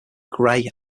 grey